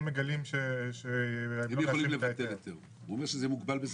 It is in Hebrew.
מגלים --- הוא אומר שזה מוגבל בזמן.